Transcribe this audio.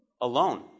alone